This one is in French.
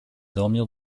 dormir